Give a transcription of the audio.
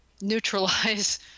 neutralize